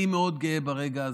אני גאה מאוד ברגע הזה.